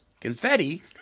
confetti